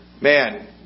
man